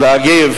להגיב.